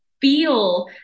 feel